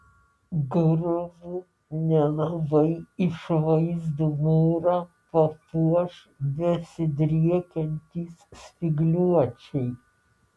grubų nelabai išvaizdų mūrą papuoš besidriekiantys spygliuočiai